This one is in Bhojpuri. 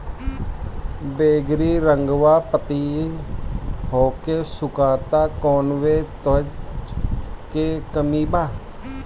बैगरी रंगवा पतयी होके सुखता कौवने तत्व के कमी बा?